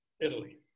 Italy